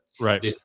Right